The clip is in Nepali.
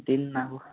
दिनमा अब